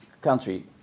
country